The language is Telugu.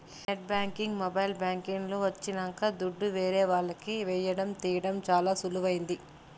నెట్ బ్యాంకింగ్ మొబైల్ బ్యాంకింగ్ లు వచ్చినంక దుడ్డు ఏరే వాళ్లకి ఏయడం తీయడం చానా సులువైంది